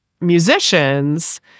musicians